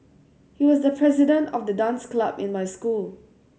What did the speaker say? he was the president of the dance club in my school